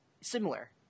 similar